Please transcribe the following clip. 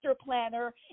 planner